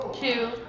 Two